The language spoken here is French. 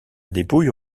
dépouille